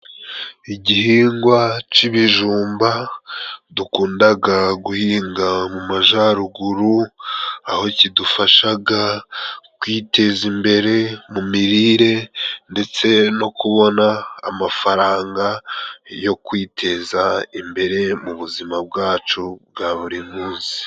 Igihingwa c'ibijumba dukundaga guhinga mu majaruguru, aho kidufashaga kwiteza imbere mu mirire ndetse no kubona amafaranga, yo kwiteza imbere mu buzima bwacu bwa buri munsi.